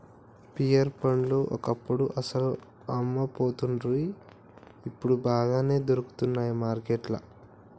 pear పండ్లు ఒకప్పుడు అస్సలు అమ్మపోతుండ్రి ఇప్పుడు బాగానే దొరుకుతానయ్ మార్కెట్లల్లా